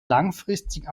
langfristig